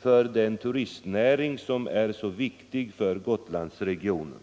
för den turistnäring som är så viktig för Gotlandsregionen.